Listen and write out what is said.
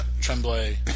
Tremblay